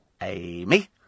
Amy